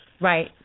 Right